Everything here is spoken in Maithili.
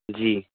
जी